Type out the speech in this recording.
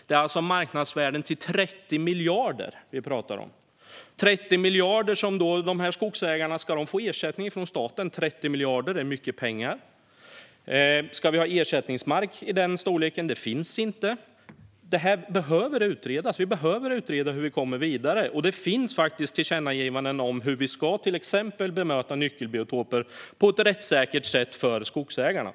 Det är alltså ett marknadsvärde om 30 miljarder vi pratar om. Ska dessa skogsägare få ersättning från staten? 30 miljarder är mycket pengar. Ska vi ha ersättningsmark i den storleken? Det finns inte. Detta behöver utredas. Vi behöver utreda hur vi kommer vidare. Det finns faktiskt tillkännagivanden om hur vi till exempel ska bemöta nyckelbiotoper på ett rättssäkert sätt för skogsägarna.